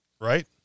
right